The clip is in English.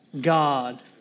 God